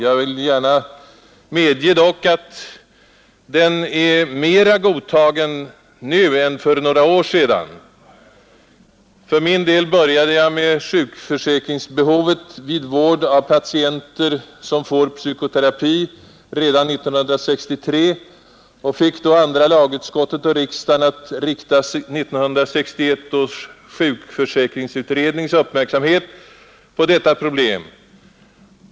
Jag vill dock gärna medge att denna terapiform — som siffror över psykolog-antalet visar — är mera godtagen nu än för några år sedan. För min del började jag ta upp sjukförsäkringsbehovet vid vård av patienter, som får psykoterapi, redan 1963 och fick då andra lagutskottet och riksdagen att rikta 1961 års sjukförsäkringsutrednings uppmärksamhet på detta problem.